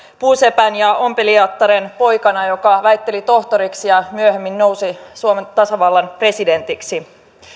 puusepän ja ompelijattaren poikana joka väitteli tohtoriksi ja myöhemmin nousi suomen tasavallan presidentiksi